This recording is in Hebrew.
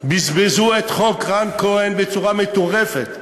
בזבזו את חוק רן כהן בצורה מטורפת,